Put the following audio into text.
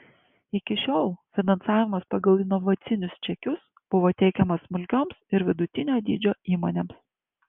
iki šiol finansavimas pagal inovacinius čekius buvo teikiamas smulkioms ir vidutinio dydžio įmonėms